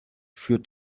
führt